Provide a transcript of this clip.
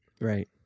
right